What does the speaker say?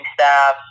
staff